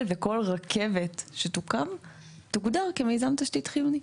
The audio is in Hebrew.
וכל רכבת שתוקם תוגדר כמיזם תשתית חיוני.